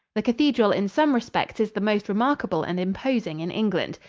the cathedral in some respects is the most remarkable and imposing in england.